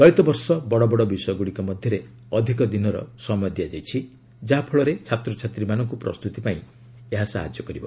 ଚଳିତ ବର୍ଷ ବଡ଼ବଡ଼ ବିଷୟଗ୍ରଡ଼ିକ ମଧ୍ୟରେ ଅଧିକ ଦିନର ସମୟ ଦିଆଯାଇଛି ଯାହାଫଳରେ ଛାତ୍ରଛାତ୍ରୀମାନଙ୍କୁ ପ୍ରସ୍ତୁତି ପାଇଁ ଏହା ସହାୟତା କରିବ